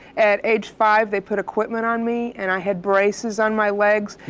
at age five, they put equipment on me and i had braces on my legs,